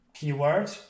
Keyword